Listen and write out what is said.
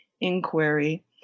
inquiry